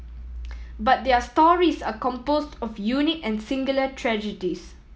but their stories are composed of unique and singular tragedies